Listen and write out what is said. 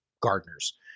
gardeners